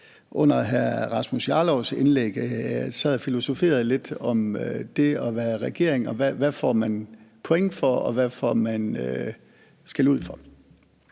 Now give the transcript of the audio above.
under hr. Rasmus Jarlovs indlæg, jeg sad og filosoferede lidt over det at være regering, og hvad man får point for, og hvad man får skældud for.